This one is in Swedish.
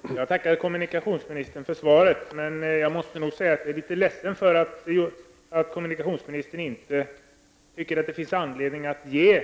Herr talman! Jag tackar kommunikationsministern för svaret. Jag måste nog säga att jag blev litet ledsen över att kommunikationsministern inte tycker att det finns anledning att ge